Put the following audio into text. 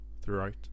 throughout